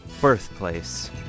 birthplace